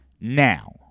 Now